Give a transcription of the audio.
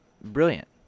brilliant